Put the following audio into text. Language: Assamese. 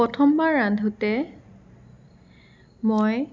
প্ৰথমবাৰ ৰান্ধোতে মই